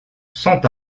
cent